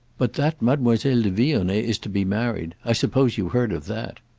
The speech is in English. but that mademoiselle de vionnet is to be married i suppose you've heard of that.